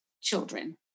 Children